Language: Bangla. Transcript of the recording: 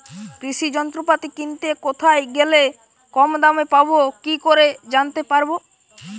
কৃষি যন্ত্রপাতি কিনতে কোথায় গেলে কম দামে পাব কি করে জানতে পারব?